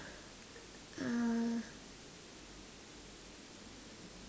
uh